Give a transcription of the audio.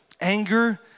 anger